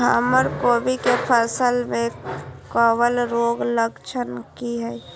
हमर कोबी के फसल में कवक रोग के लक्षण की हय?